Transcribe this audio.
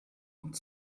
und